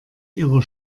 ihrer